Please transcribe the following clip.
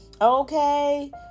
okay